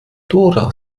dora